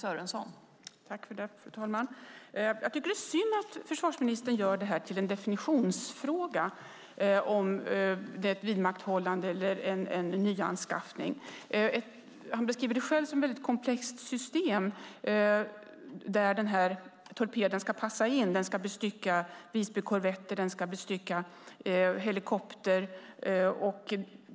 Fru talman! Det är synd att försvarsministern gör detta till en definitionsfråga om vidmakthållande eller nyanskaffning. Han beskriver att det är ett komplext system där torpeden ska passa in. Den ska bestycka Visbykorvetter och helikoptrar.